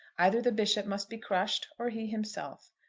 either the bishop must be crushed or he himself.